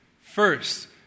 First